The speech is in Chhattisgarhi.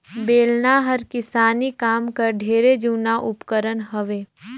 बेलना हर किसानी काम कर ढेरे जूना उपकरन हवे